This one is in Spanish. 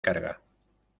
carga